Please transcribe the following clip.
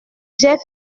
j’ai